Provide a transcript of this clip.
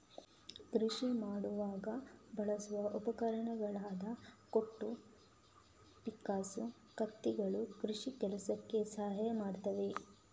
ಕೃಷಿ ಮಾಡುವಾಗ ಬಳಸುವ ಉಪಕರಣಗಳಾದ ಕೊಟ್ಟು, ಪಿಕ್ಕಾಸು, ಕತ್ತಿಗಳು ಕೃಷಿ ಕೆಲಸಕ್ಕೆ ಸಹಾಯ ಮಾಡ್ತವೆ